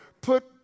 put